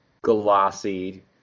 glossy